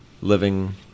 living